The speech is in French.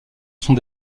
sont